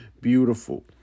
Beautiful